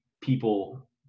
people